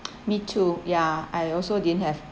me too ya I also didn't have